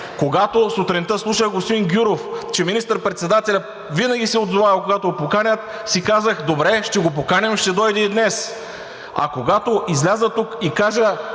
Когато сутринта слушах господин Гюров, че министър-председателят винаги се отзовавал, когато го поканят, си казах: добре, ще го поканим, ще дойде и днес. А когато изляза тук и кажа,